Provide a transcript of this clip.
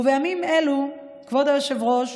ובימים אלו, כבוד היושב-ראש,